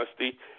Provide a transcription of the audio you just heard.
honesty